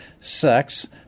sex